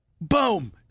Boom